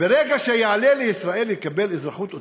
שברגע שיעלה לישראל יקבל אזרחות אוטומטית,